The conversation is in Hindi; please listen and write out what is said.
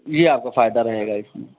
ये आपका फायदा रहेगा इसमें